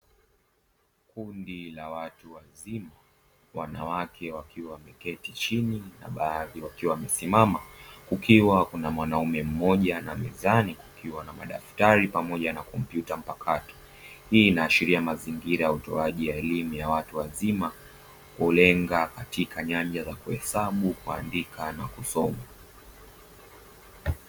Kundi la wanawake watu wazima wanawake wakiwa wameketi chini na baadhi wakiwa wamesimama, kukiwa na mwanaume mmoja na mezani kukiwa na madaftari pamoja na kompyuta mpakato, hii inaashiria mazingira ya utoaji wa elimu ya watu wazima klenga katika nyanja za kuhesabu, kuandika na kusoma.